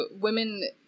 women